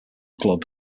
club